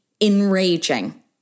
enraging